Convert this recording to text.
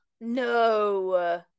No